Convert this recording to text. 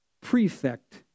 prefect